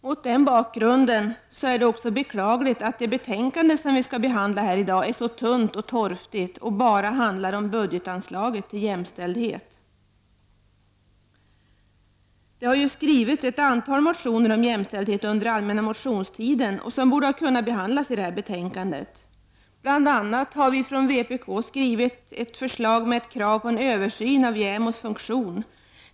Mot den bakgrunden är det beklagligt att det betänkande som vi skall behandla i dag är så tunt och torftigt och bara handlar om budgetanslaget till jämställdhet. Det har ju under allmänna motionstiden skrivits ett antal motioner om jämställdhet, som borde ha kunnat behandlas i det här betänkandet. Från vpk har vi bl.a. skrivit en med krav på en översyn av JämO:s funk tion.